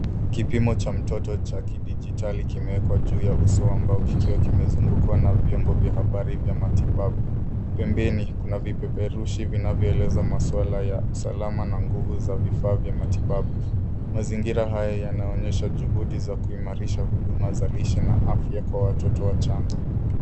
Kipimo cha mtoto cha kidijitali kimewekwa juu ya uso wa mbao kikiwa kimezungukwa na vyombo vya habari vya matibabu. Pembeni kuna vipeperushi vinavyo eleza maswala ya salama na nguvu za vifaa vya matibabu, mazingira haya yanaonyesha juhudi za kuimarisha huduma za lishe na afya kwa watoto wachanga.